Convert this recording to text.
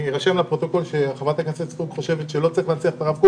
ירשם בפרוטוקול שחברת הכנסת סטרוק חושבת שלא צריך להנציח את הרב קוק.